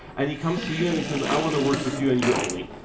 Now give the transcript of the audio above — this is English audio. and he comes to you and he says, i want to work with you and you only.